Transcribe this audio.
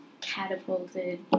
catapulted